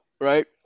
Right